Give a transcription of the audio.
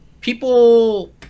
people